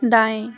दाएं